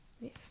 Yes